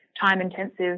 time-intensive